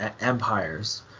empires